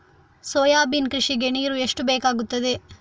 Soybean ಕೃಷಿಗೆ ನೀರು ಎಷ್ಟು ಬೇಕಾಗುತ್ತದೆ?